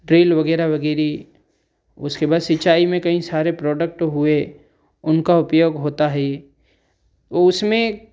trail वगैरह वगेरे उसके बाद सिंचाई में कई सारे प्रॉडक्ट हुए उनका उपयोग होता है ओ उसमें